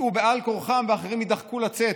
ייסעו בעל כרחם ואחרים יידחקו לצאת".